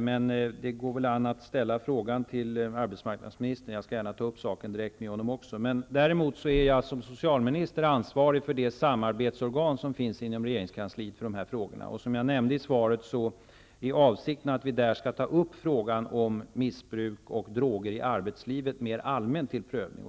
men det går väl an att ställa en fråga till arbetsmarknadsministern. Jag skall gärna ta upp frågan direkt med honom. Däremot är jag som socialminister ansvarig för det samarbetsorgan som finns inom regeringskansliet för dessa frågor. Som jag nämnde i svaret är avsikten att vi skall ta upp frågan om missbruk av droger i arbetslivet mera allmänt till prövning.